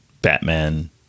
Batman